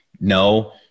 No